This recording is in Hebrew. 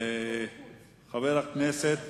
חבר הכנסת